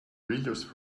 readers